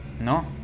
no